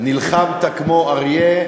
נלחמת כמו אריה,